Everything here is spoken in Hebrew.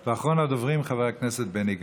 ואחריו, אחרון הדוברים, חבר הכנסת בני גנץ.